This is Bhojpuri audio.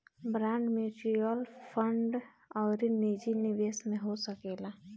बांड म्यूच्यूअल फंड अउरी निजी निवेश में हो सकेला